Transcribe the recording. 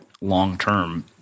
long-term